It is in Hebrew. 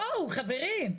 בואו, חברים.